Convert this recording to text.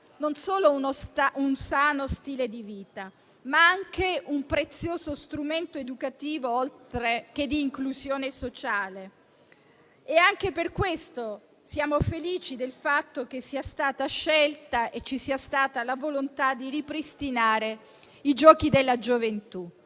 non solo un sano stile di vita, ma anche un prezioso strumento educativo oltre che di inclusione sociale. Anche per questo siamo felici del fatto che ci sia stata la volontà di ripristinare i Giochi della gioventù,